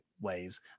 ways